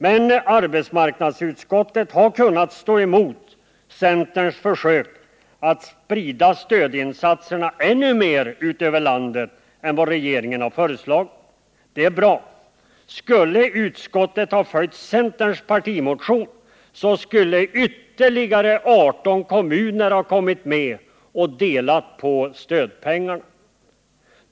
Men arbetsmarknadsutskottet har kunnat stå emot centerns försök att sprida stödinsatserna ännu mer ut över landet än vad regeringen har föreslagit. Det är bra. Skulle utskottet ha följt centerns partimotion, skulle ytterligare 18 kommuner ha kommit med och delat på stödpengarna.